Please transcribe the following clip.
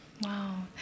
Wow